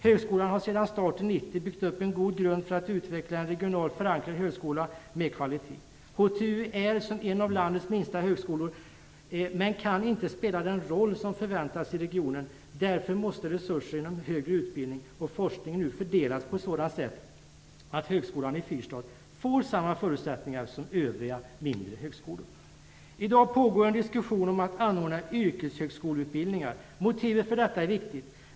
Högskolan har sedan starten 1990 byggt upp en god grund för att utveckla en regionalt förankrad högskola med kvalitet. HTU är en av landets minsta högskolor och kan inte spela den roll som förväntas i regionen. Därför måste resurser för högre utbildning och forskning nu fördelas på ett sådant sätt att högskolan i fyrstad får samma förutsättningar som övriga mindre högskolor. I dag pågår en diskussion om att anordna yrkeshögskoleutbildningar. Motivet för detta är viktigt.